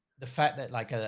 the fact that like a, ah,